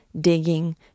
digging